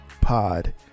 pod